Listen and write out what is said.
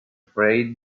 afraid